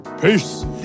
Peace